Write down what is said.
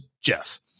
Jeff